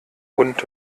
und